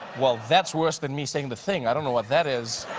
well, that's worse than me saying the thing. i don't know what that is.